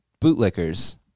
bootlickers